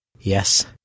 Yes